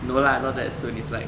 no lah not that soon is like